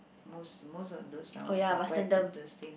most most of those dramas are quite interesting